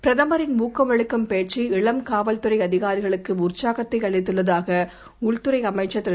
பிரதமரின்ஊக்கம்அளிக்கும்பேச்சு இளம்காவல்துறைஅதிகாரிகளுக்குஉற்சாகத்தைஅளித்துள்ளதாகஉள்துறைஅமைச் சர்திரு